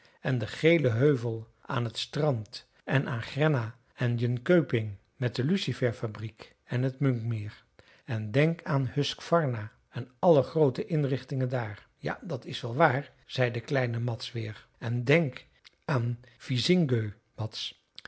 en de gele heuvel aan het strand en aan grenna en jönköping met de lucifersfabriek en t munkmeer en denk aan huskvarna en alle groote inrichtingen daar ja dat is wel waar zei kleine mads weer en denk aan visingö mads